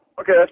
Okay